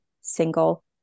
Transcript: single